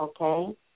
Okay